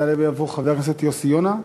יעלה ויבוא חבר הכנסת יוסי יונה.